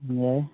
ꯌꯥꯏ